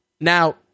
Now